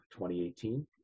2018